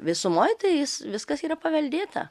visumoj tai jis viskas yra paveldėta